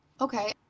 Okay